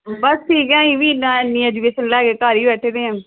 ਬਸ ਠੀਕ ਆ ਅਸੀਂ ਵੀ ਇੰਨਾ ਇੰਨੀ ਐਜੂਕੇਸ਼ਨ ਲੈ ਕੇ ਘਰ ਹੀ ਬੈਠੇ ਦੇ ਹਾਂ